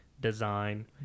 design